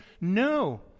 No